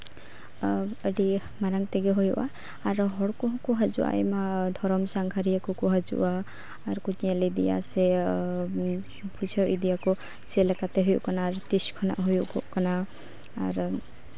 ᱟᱹᱰᱤ ᱢᱟᱨᱟᱝ ᱛᱮᱜᱮ ᱦᱩᱭᱩᱜᱼᱟ ᱟᱨ ᱦᱚᱲ ᱠᱚᱦᱚᱸ ᱠᱚ ᱦᱤᱡᱩᱜᱼᱟ ᱟᱭᱢᱟ ᱫᱷᱚᱨᱚᱢ ᱥᱟᱸᱜᱷᱟᱨᱤᱭᱟᱹ ᱠᱚᱠᱚ ᱦᱤᱡᱩᱜᱼᱟ ᱟᱨᱠᱚ ᱧᱮᱞ ᱤᱫᱤᱭᱟ ᱥᱮ ᱵᱩᱡᱷᱟᱹᱣ ᱤᱫᱤᱭᱟᱠᱚ ᱪᱮᱫ ᱞᱮᱠᱟᱛᱮ ᱦᱩᱭᱩᱜ ᱠᱟᱱᱟ ᱟᱨ ᱛᱤᱥ ᱠᱷᱚᱱᱟᱜ ᱦᱩᱭᱩᱜᱚᱜ ᱟᱨ